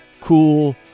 cool